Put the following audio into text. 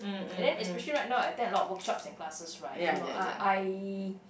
and then especially right now I attend a lot of workshops and classes right you know uh I